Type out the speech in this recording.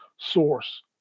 source